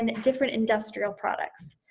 and different industrial products.